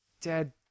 Dad